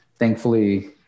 Thankfully